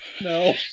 No